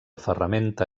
ferramenta